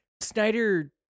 Snyder